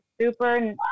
super